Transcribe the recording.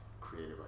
creative